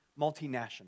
multinational